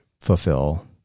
fulfill